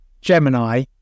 gemini